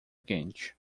quente